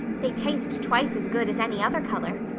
they taste twice as good as any other color.